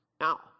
Now